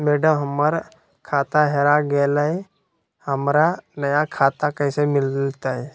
madam, हमर खाता हेरा गेलई, हमरा नया खाता कैसे मिलते